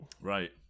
Right